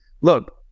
Look